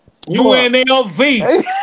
UNLV